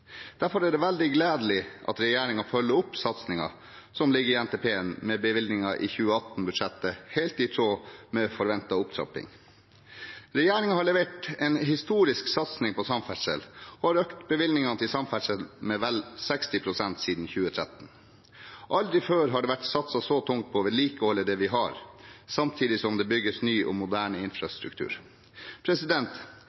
Derfor er det veldig gledelig at regjeringen følger opp satsingen som ligger i NTP-en, med bevilgninger i 2018-budsjettet, helt i tråd med forventet opptrapping. Regjeringen har levert en historisk satsing på samferdsel og økt bevilgningene med vel 60 pst. siden 2013. Aldri før har det vært satset så tungt på å vedlikeholde det vi har, samtidig som det bygges ny og moderne